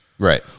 Right